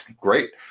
great